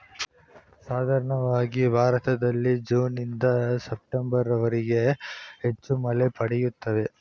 ಸಾಧಾರಣವಾಗಿ ಭಾರತದಲ್ಲಿ ಜೂನ್ನಿಂದ ಸೆಪ್ಟೆಂಬರ್ವರೆಗೆ ಹೆಚ್ಚು ಮಳೆ ಪಡೆಯುತ್ತೇವೆ